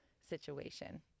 situation